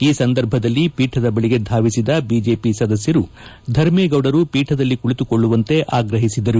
ಈ ಸಂದರ್ಭದಲ್ಲಿ ಪೀಠದ ಬಳಿಗೆ ಧಾವಿಸಿದ ಬಿಜೆಪಿ ಸದಸ್ಯರು ಧರ್ಮೇಗೌಡರು ಪೀಠದಲ್ಲಿ ಕುಳಿತುಕೊಳ್ಳುವಂತೆ ಆಗ್ರಹಿಸಿದರು